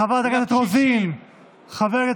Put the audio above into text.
חברי